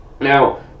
now